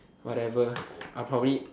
whatever I'll probably